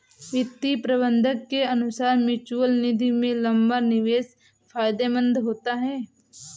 वित्तीय प्रबंधक के अनुसार म्यूचअल निधि में लंबा निवेश फायदेमंद होता है